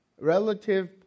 relative